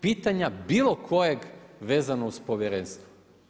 Pitanja bilo kojeg vezano uz povjerenstvo.